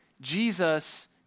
Jesus